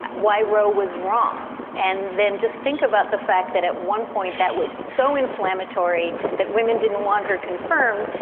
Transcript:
why roe was wrong. and then just think about the fact that at one point that was so inflammatory that women didn't want her confirmed.